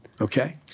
Okay